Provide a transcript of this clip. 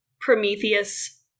Prometheus